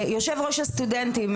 יושב ראש הסטודנטים,